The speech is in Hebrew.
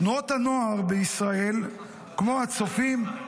תנועות הנוער בישראל, כמו הצופים, סליחה?